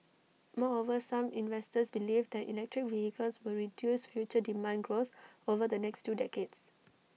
moreover some investors believe that electric vehicles will reduce future demand growth over the next two decades